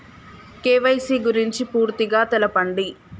KYC గురించి పూర్తిగా తెలపండి?